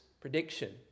prediction